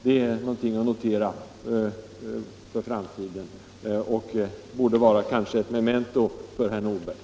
Det är någonting att notera för framtiden och borde kanske vara något att tänka på för herr Nordberg.